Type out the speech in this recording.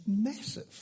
massive